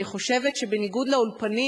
אני חושבת שבניגוד לאולפנים,